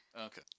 Okay